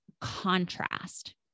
contrast